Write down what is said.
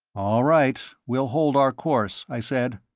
all right, we'll hold our course, i said.